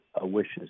wishes